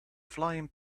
flying